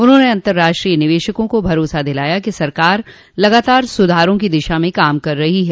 उन्होंने अंतर्राष्ट्रीय निवेशकों को भरोसा दिलाया कि सरकार लगातार सुधारों की दिशा में काम कर रही है